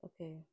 Okay